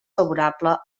favorable